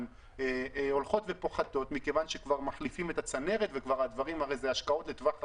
הולכות ופוחתות מכיוון שמחליפים את הצנרת וזה השקעות לטווח ארוך,